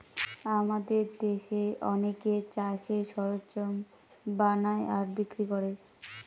আমাদের দেশে অনেকে চাষের সরঞ্জাম বানায় আর বিক্রি করে